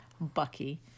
Bucky